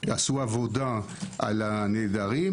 שעשו עבודה על הנעדרים,